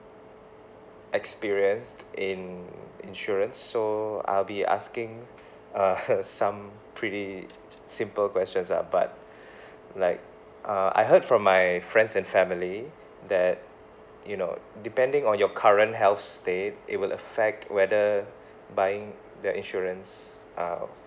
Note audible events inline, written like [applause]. experience in insurance so I'll be asking [breath] uh [laughs] some pretty simple questions lah but [breath] like uh I heard from my friends and family that you know depending on your current health state it would affect whether [breath] buying the insurance uh